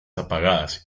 apagadas